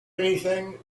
anything